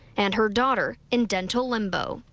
and her daughter in dental limbo.